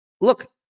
Look